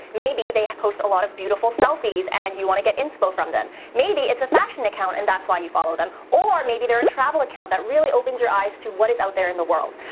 maybe they post a lot of beautiful selfies and you want to get inspo from them. maybe it's a fashion account and that's why you follow them, or maybe they're a travel account that really opens your eyes to what is out there in the world.